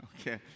Okay